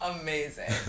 Amazing